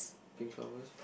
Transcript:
pink flowers